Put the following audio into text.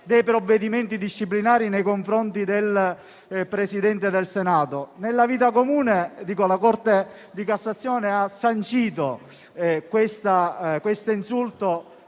dei provvedimenti disciplinari nei confronti del Presidente del Senato. Nella vita comune la Corte di cassazione ha sancito che si